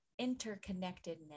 interconnectedness